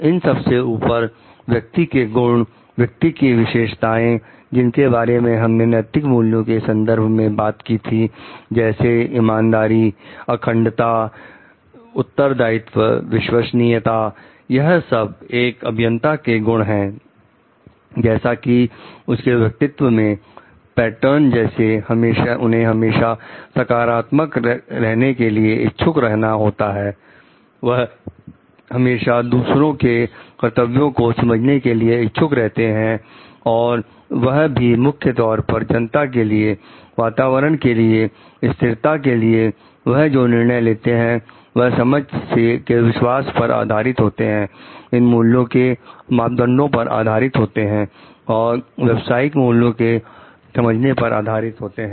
इन सबसे ऊपर व्यक्ति के गुण व्यक्ति की विशेषताएं जिनके बारे में हमने नैतिक मूल्यों के संदर्भ में बात की थी जैसे ईमानदारी अखंडता जिम्मेवारी विश्वसनीयता यह सब एक अभियंता के गुण हैं जैसे कि उनके व्यक्तित्व के पैटर्न जैसे उन्हें हमेशा सकारात्मक रहने के लिए इच्छुक रहना होता है वह हमेशा दूसरों के कर्तव्यों को समझने के लिए इच्छुक रहते हैं और वह भी मुख्य तौर पर जनता के लिए वातावरण के लिए स्थिरता के लिए वह जो निर्णय लेते हैं वह समझ के विश्वास पर आधारित होते हैं इन मूल्यों के मापदंडों पर आधारित होता है और व्यवसायिक मूल्यों को समझने पर आधारित होता है